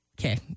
Okay